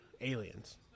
aliens